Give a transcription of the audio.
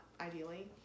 ideally